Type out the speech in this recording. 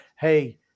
hey